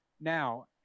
Now